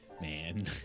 man